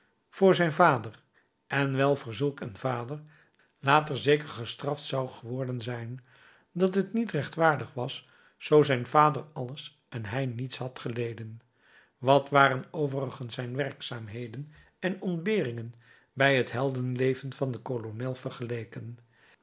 voor zijn vader en wel voor zulk een vader later zeker gestraft zou geworden zijn dat het niet rechtvaardig was zoo zijn vader alles en hij niets had geleden wat waren overigens zijn werkzaamheden en ontberingen bij het heldenleven van den kolonel vergeleken